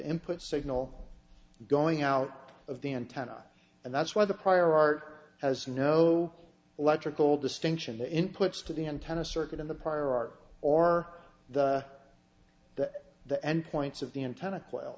input signal going out of the antenna and that's why the prior art has no electrical distinction the inputs to the antenna circuit in the prior art or the the endpoints of the antenna